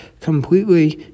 completely